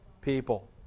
People